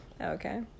Okay